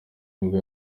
nibwo